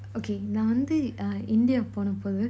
okay நான் வந்து:naan vanthu uh india போன பொது:pona pothu